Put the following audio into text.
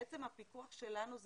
הפיקוח שלנו הוא